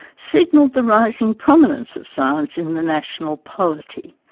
signalled the rising prominence of science in the national polity.